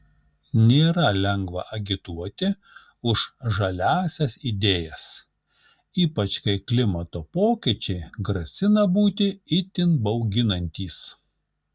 nėra lengva agituoti už žaliąsias idėjas ypač kai klimato pokyčiai grasina būti itin bauginantys